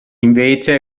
invece